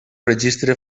registre